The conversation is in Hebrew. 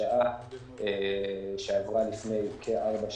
יחד עם מנכ"ל הביטוח הלאומי ומנכ"ל משרד העבודה והרווחה,